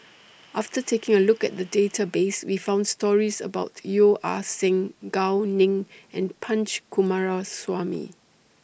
after taking A Look At The Database We found stories about Yeo Ah Seng Gao Ning and Punch Coomaraswamy